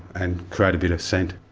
and create a bit of scent.